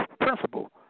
principle